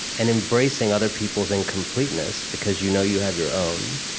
and embracing other people's incompleteness, because you know you have your own.